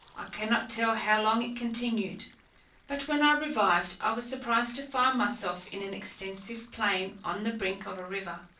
i cannot tell how long it continued but when i revived, i was surprised to find myself in an extensive plain on the brink of a river,